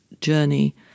journey